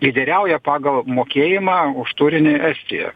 lyderiauja pagal mokėjimą už turinį estija